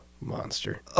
monster